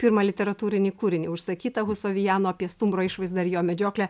pirmą literatūrinį kūrinį užsakytą husoviano apie stumbro išvaizdą ir jo medžioklę